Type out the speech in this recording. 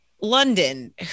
London